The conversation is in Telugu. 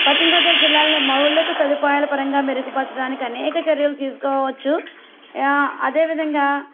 పశ్చిమగోదావరి జిల్లాలో మౌలిక సదుపాయాల పరంగా మెరుగుపరచడానికి అనేక చర్యలు తీసుకోవచ్చు అదేవిధంగా